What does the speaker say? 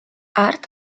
hart